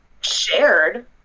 shared